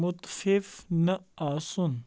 مُتفِف نہٕ آسُن